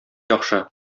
яхшы